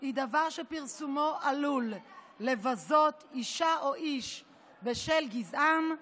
היא דבר שפרסומו עלול לבזות אישה או איש בשל גזעם,